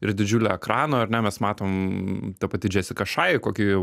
ir didžiulio ekrano ar ne mes matom ta pati džesika šai kokį